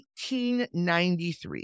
1893